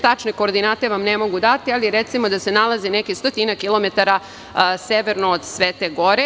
Tačne koordinate vam ne mogu dati, ali recimo da se nalazi nekih stotinak kilometara severno od Svete Gore.